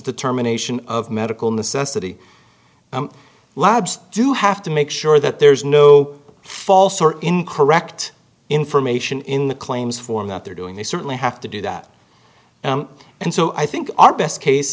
determination of medical necessity labs do have to make sure that there's no false or incorrect information in the claims form that they're doing they certainly have to do that and so i think our best case